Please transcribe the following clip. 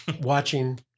watching